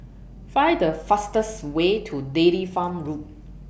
Find The fastest Way to Dairy Farm Road